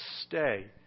stay